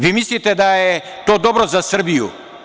Vi mislite da je to dobro za Srbiju.